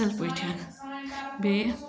اَصل پٲٹھۍ بیٚیہِ